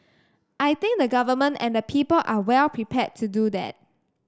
I think the Government and the people are well prepared to do that